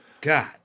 God